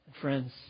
Friends